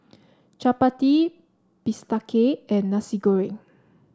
Chappati Bistake and Nasi Goreng